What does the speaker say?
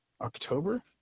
October